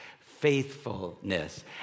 faithfulness